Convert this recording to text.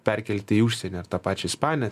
perkelti į užsienį ir tą pačią ispaniją